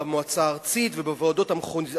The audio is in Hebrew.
במועצה הארצית ובוועדות המחוזיות,